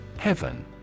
Heaven